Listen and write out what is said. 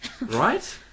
Right